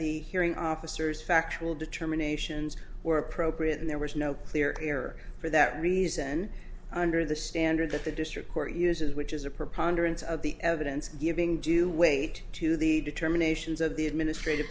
the hearing officers factual determination were appropriate and there was no clear error for that reason under the standard that the district court uses which is a preponderance of the evidence giving due weight to the determinations of the administrative